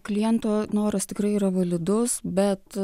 kliento noras tikrai yra validus bet